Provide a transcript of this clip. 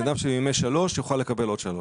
בן אדם שמימש שלוש יוכל לקבל עוד שלוש.